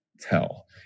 tell